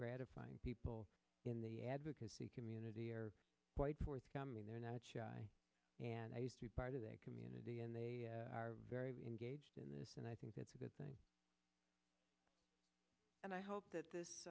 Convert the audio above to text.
gratifying people in the advocacy community are quite forthcoming they're not shy and part of that community and they are very engaged in this and i think that's a good thing and i hope that this